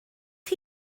chi